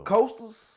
Coasters